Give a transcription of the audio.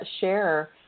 share